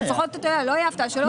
שלא יהיה הפתעה.